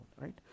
right